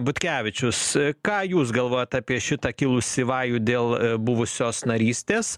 butkevičius ką jūs galvojat apie šitą kilusį vajų dėl buvusios narystės